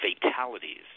fatalities